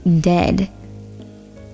dead